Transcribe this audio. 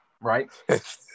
right